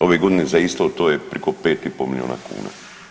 Ove godine za isto to je priko 5,5 milijuna kuna.